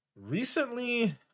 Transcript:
Recently